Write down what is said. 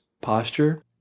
posture